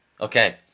Okay